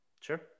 sure